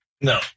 No